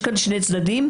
יש כאן שני צדדים,